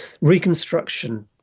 Reconstruction